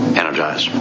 energize